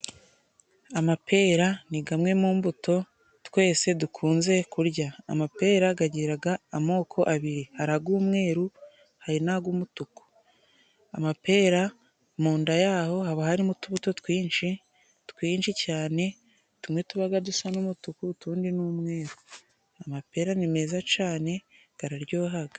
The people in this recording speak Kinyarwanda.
Amapera ni gamwe mu mbuto twese dukunze kurya. Amapera gagiraga amoko abiri. Hari ag'umweru, hari n'ag'umutuku. Amapera mu nda yaho haba harimo utubuto twinshi, twinshi cyane. Tumwe tubaga dusa n'umutuku, utundi n'umweru. Amapera ni meza cane gararyohaga.